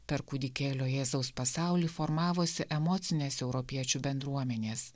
per kūdikėlio jėzaus pasaulį formavosi emocinės europiečių bendruomenės